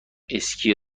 اسکی